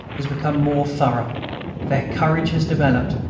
has become more thorough their courage has developed,